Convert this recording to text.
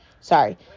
sorry